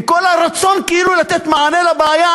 עם כל הרצון כאילו לתת מענה לבעיה,